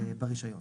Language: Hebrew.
ברישיון.